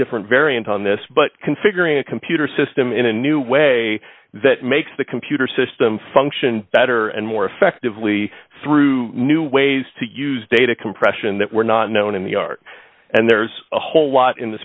different variant on this but configuring a computer system in a new way that makes the computer system function better and more effectively through new ways to use data compression that were not known in the art and there's a whole lot in the